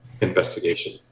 investigation